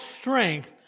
strength